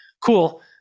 cool